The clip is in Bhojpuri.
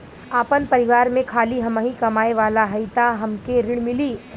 आपन परिवार में खाली हमहीं कमाये वाला हई तह हमके ऋण मिली?